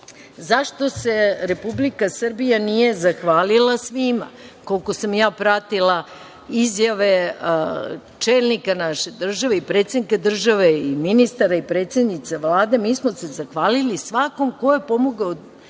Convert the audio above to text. zašto se Republika Srbija nije zahvalila svima. Koliko sam ja pratila izjave čelnika naše države, i predsednika države, i ministara i predsednice Vlade, mi smo se zahvalili svakome ko je pomogao